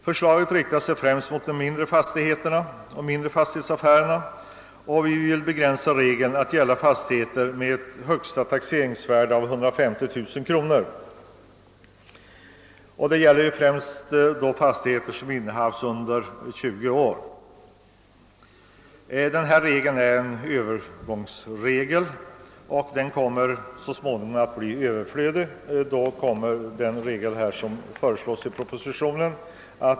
Förslaget avser främst de mindre fastighetsaffärerna, och vi vill begränsa regeln till att gälla fastigheter som har ett högsta taxeringsvärde av 150 000 kronor och innehafts i mindre än 20 år. Denna regel är en övergångsregel och kommer om 20 år att bli överflödig. Då ersätts den av den regel som föreslås i propositionen.